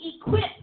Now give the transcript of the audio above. equip